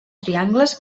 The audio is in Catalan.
triangles